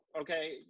Okay